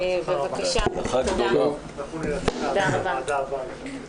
בבקשה, חבר הכנסת משה אבוטבול.